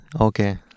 Okay